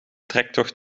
trektocht